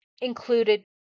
included